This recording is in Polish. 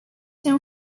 się